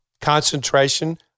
Concentration